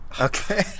Okay